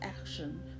action